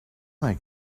they